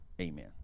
Amen